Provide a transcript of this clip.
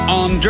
on